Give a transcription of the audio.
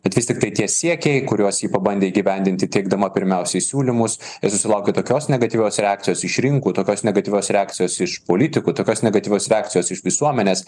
bet vis tiktai tie siekiai kuriuos ji pabandė įgyvendinti teikdama pirmiausiai siūlymus ir sulaukė tokios negatyvios reakcijos iš rinkų tokios negatyvios reakcijos iš politikų tokios negatyvios reakcijos iš visuomenės